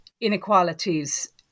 inequalities